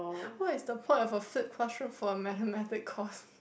what is the point of a flip classroom for a mathematic course